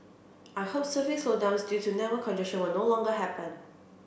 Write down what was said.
I hope surfing slowdowns due to network congestion will no longer happen